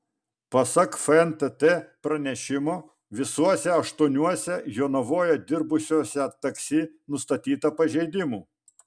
pasak fntt pranešimo visuose aštuoniuose jonavoje dirbusiuose taksi nustatyta pažeidimų